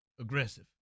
aggressive